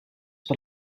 per